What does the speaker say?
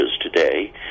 today